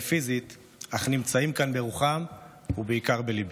פיזית אך נמצאים כאן ברוחם ובעיקר בליבי,